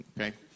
Okay